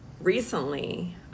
recently